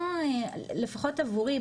לפחות עבורי,